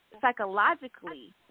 psychologically